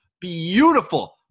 beautiful